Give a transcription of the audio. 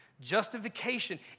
justification